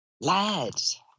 lads